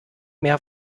mehr